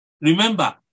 Remember